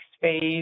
phase